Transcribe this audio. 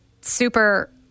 super